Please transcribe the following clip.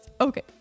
okay